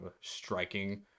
striking